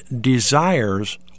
desires